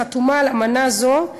החתומה על אמנה זו,